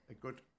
good